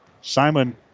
Simon